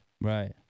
Right